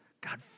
God